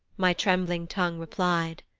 my trembling tongue reply'd,